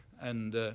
and